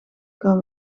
kan